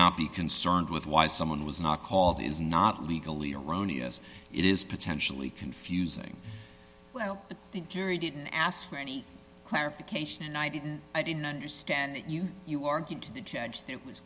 not be concerned with why someone was not called is not legally erroneous it is potentially confusing well the jury didn't ask for any clarification and i didn't understand that you you argued to the judge that was